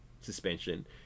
suspension